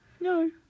No